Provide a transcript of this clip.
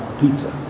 pizza